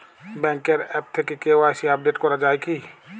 ব্যাঙ্কের আ্যপ থেকে KYC update করা যায় কি?